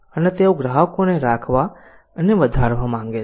અને તેઓ ગ્રાહકોને રાખવા અને વધારવા માંગે છે